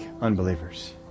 unbelievers